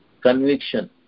conviction